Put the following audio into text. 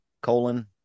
Colon